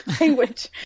language